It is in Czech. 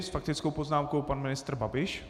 S faktickou poznámkou pan ministr Babiš.